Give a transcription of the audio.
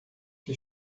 que